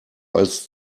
als